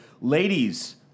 ladies